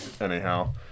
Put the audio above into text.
Anyhow